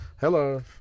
Hello